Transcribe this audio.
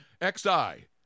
X-I